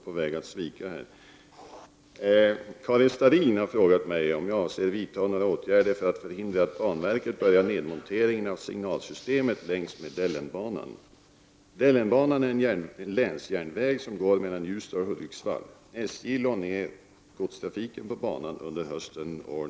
Herr talman! Karin Starrin har frågat mig om jag avser att vida några åtgärder för att förhindra att banverket börjar nedmonteringen av signalsystemet längs med Dellenbanan.